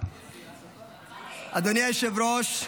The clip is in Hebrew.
אדוני היושב-ראש,